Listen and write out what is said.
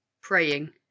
praying